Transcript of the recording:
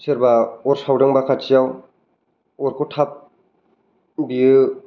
सोरबा अर सावदोंबा खाथियाव अरखौ थाब बियो